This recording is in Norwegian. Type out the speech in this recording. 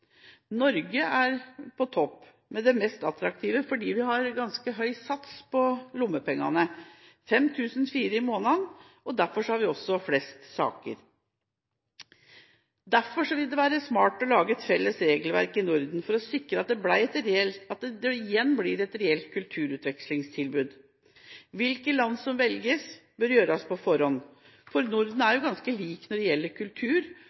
Norge er på topp, mest attraktivt, fordi vi har ganske høy sats for lommepenger – 5 400 kr i måneden. Derfor har vi også flest saker. Det vil være smart å lage et felles regelverk for Norden for å sikre at dette igjen blir et reelt kulturutvekslingstilbud. Valg av land bør gjøres på forhånd. Landene i Norden er ganske like når det gjelder kultur,